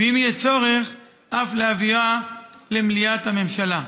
ואם יהיה צורך אף להביאה למליאת הממשלה.